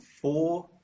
four